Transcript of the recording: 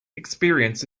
experience